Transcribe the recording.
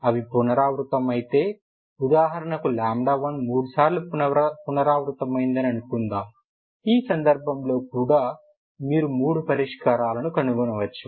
అవి పునరావృతమైతే ఉదాహరణకు 1మూడుసార్లు పునరావృతయిందని అనుకుందాం ఈ సందర్భం లో కూడా మీరు మూడు పరిష్కారాలను కనుగొనవచ్చు